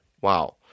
Wow